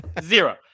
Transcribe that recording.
zero